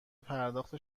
پرداخت